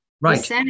Right